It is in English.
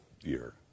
year